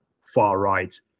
far-right